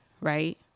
right